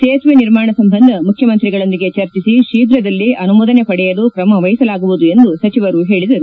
ಸೇತುವೆ ನಿರ್ಮಾಣ ಸಂಬಂಧ ಮುಖ್ಯಮಂತ್ರಿಗಳೊಂದಿಗೆ ಚರ್ಚಿಸಿ ಶೀಪ್ರದಲ್ಲೇ ಅನುಮೋದನೆ ಪಡೆಯಲು ಕ್ರಮವಹಿಸಲಾಗುವುದು ಎಂದು ಸಚಿವರು ಹೇಳಿದರು